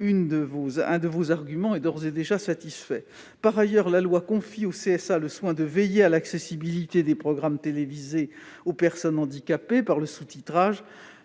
L'un de vos arguments est donc d'ores et déjà satisfait. Par ailleurs, la loi confie au CSA le soin de veiller à l'accessibilité des programmes télévisés aux personnes handicapées par le sous-titrage,